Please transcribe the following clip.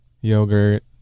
yogurt